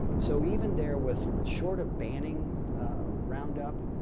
so even there with short of banning roundup,